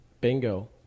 Bingo